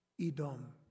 Edom